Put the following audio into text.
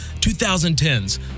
2010s